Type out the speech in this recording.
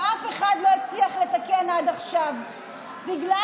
שאף אחד לא הצליח לתקן עד עכשיו בגלל